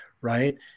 right